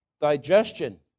digestion